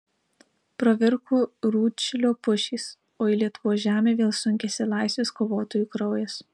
pravirko rūdšilio pušys o į lietuvos žemę vėl sunkėsi laisvės kovotojų kraujas